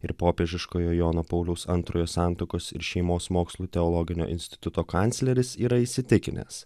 ir popiežiškojo jono pauliaus antrojo santuokos ir šeimos mokslų teologinio instituto kancleris yra įsitikinęs